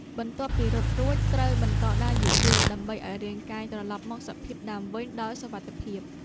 បន្ទាប់ពីរត់រួច ត្រូវបន្តដើរយឺតៗ ដើម្បីឱ្យរាងកាយត្រលប់មកសភាពដើមវិញដោយសុវត្ថិភាព។